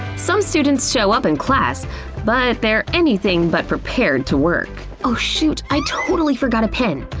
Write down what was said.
some students show up in class but they're anything but prepared to work. oh, shoot, i totally forgot a pen.